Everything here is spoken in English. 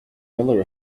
miller